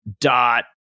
dot